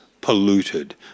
polluted